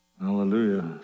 Hallelujah